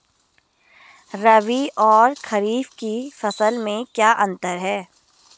रबी और खरीफ की फसल में क्या अंतर है?